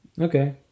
Okay